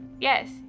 Yes